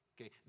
Okay